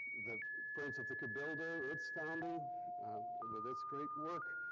the friends of the cabildo its founding with this great work.